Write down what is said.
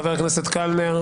חבר הכנסת קלנר,